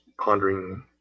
pondering